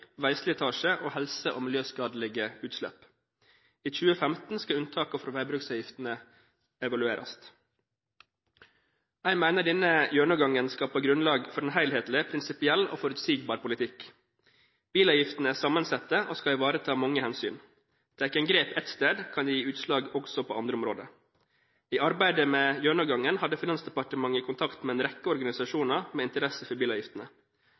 veislitasje og helse- og miljøskadelige utslipp. I 2015 skal unntaket fra veibruksavgiftene evalueres. Jeg mener denne gjennomgangen skaper grunnlag for en helhetlig, prinsipiell og forutsigbar politikk. Bilavgiftene er sammensatte og skal ivareta mange hensyn. Tar man grep ett sted, kan det gi utslag også på andre områder. I arbeidet med gjennomgangen hadde Finansdepartementet kontakt med en rekke organisasjoner med interesse for bilavgiftene.